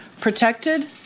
protected